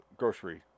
Grocery